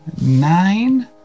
Nine